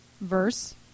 verse